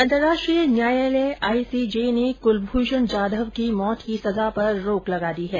अंतर्राष्ट्रीय न्यायालय I C J ने कुलभूषण जाधव की मौत की सजा पर रोक लगा दी है